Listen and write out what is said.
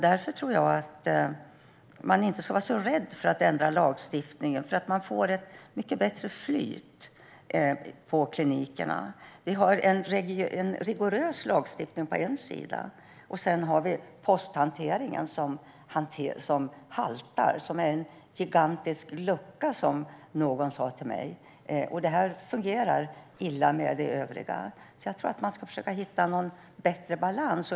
Därför tror jag att vi inte ska vara så rädda för att ändra lagstiftningen. Man får ett mycket bättre skydd på klinikerna. Vi har en rigorös lagstiftning på en sida, men när det gäller posthanteringen haltar det. Den är en gigantisk lucka, som någon sa. Detta fungerar illa med det övriga. Man behöver hitta bättre balans.